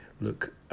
look